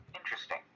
Interesting